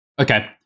Okay